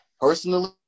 personally